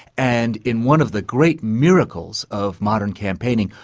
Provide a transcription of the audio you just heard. and in one of the great miracles of modern campaigning,